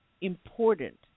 important